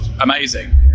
amazing